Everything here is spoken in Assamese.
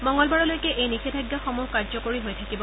মঙলবাৰলৈকে এই নিষেধাজ্ঞাসমূহ কাৰ্যকৰী হৈ থাকিব